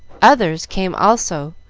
others came also,